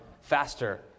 faster